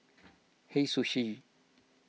Hei Sushi